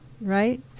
Right